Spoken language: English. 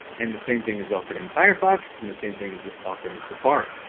and the same thing is offered in firefox and the same thing is offered in safari.